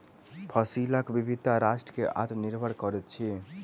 फसिलक विविधता राष्ट्र के आत्मनिर्भर करैत अछि